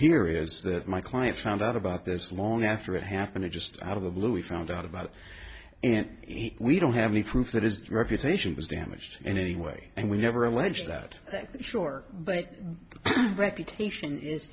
here is that my clients found out about this long after it happened or just out of the blue we found out about it and we don't have any proof that is reputation was damaged in any way and we never alleged that short but reputation is